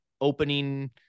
opening